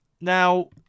Now